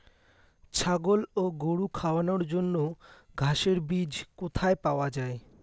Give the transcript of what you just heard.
ছাগল ও গরু খাওয়ানোর জন্য ঘাসের বীজ কোথায় পাওয়া যায়?